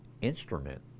instrument